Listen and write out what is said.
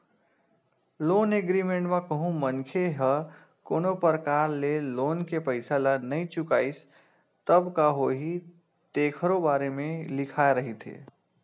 loan agreement म कहूँ मनखे ह कोनो परकार ले लोन के पइसा ल नइ चुकाइस तब का होही तेखरो बारे म लिखाए रहिथे